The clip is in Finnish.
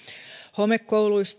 homekouluille